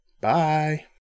Bye